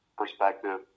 perspective